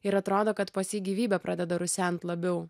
ir atrodo kad pas jį gyvybė pradeda rusent labiau